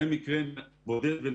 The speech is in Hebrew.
זה מקרה נדיר.